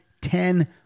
ten